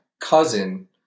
cousin